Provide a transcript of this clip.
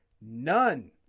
none